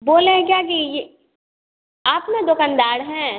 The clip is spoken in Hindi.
बोले हैं आप ना दुकानदार हैं